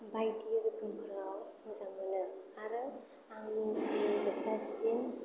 बायदि रोखोमफोराव मोजां मोनो आरो आंनि जिउ जोबजासिम